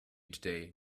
today